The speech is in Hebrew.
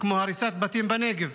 כמו הריסת בתים בנגב,